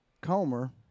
Comer